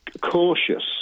cautious